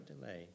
delay